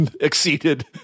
exceeded